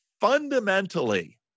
fundamentally